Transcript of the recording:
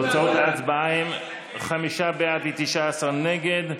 תוצאות ההצבעה הן חמישה בעד, 19 נגד,